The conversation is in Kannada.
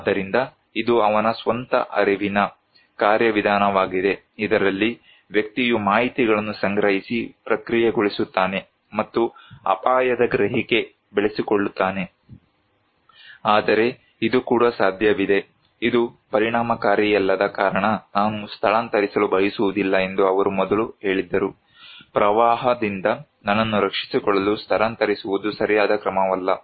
ಆದ್ದರಿಂದ ಇದು ಅವನ ಸ್ವಂತ ಅರಿವಿನ ಕಾರ್ಯವಿಧಾನವಾಗಿದೆ ಇದರಲ್ಲಿ ವ್ಯಕ್ತಿಯು ಮಾಹಿತಿಗಳನ್ನು ಸಂಗ್ರಹಿಸಿ ಪ್ರಕ್ರಿಯೆಗೊಳಿಸುತ್ತಾನೆ ಮತ್ತು ಅಪಾಯದ ಗ್ರಹಿಕೆ ಬೆಳೆಸಿಕೊಳ್ಳುತ್ತಾನೆ ಆದರೆ ಇದು ಕೂಡ ಸಾಧ್ಯವಿದೆ ಇದು ಪರಿಣಾಮಕಾರಿಯಲ್ಲದ ಕಾರಣ ನಾನು ಸ್ಥಳಾಂತರಿಸಲು ಬಯಸುವುದಿಲ್ಲ ಎಂದು ಅವರು ಮೊದಲು ಹೇಳಿದರು ಪ್ರವಾಹದಿಂದ ನನ್ನನ್ನು ರಕ್ಷಿಸಿಕೊಳ್ಳಲು ಸ್ಥಳಾಂತರಿಸುವುದು ಸರಿಯಾದ ಕ್ರಮವಲ್ಲ